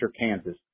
Kansas